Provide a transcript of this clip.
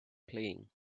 playing